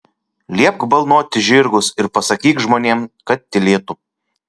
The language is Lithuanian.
liepk balnoti žirgus ir pasakyk žmonėms kad tylėtų